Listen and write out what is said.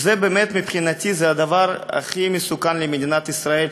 ובאמת, מבחינתי זה הדבר הכי מסוכן למדינת ישראל.